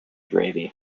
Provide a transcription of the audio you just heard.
gravy